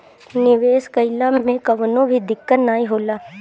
निवेश कइला मे कवनो भी दिक्कत नाइ होला